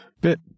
bit